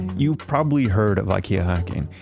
you've probably heard of ikea hacking.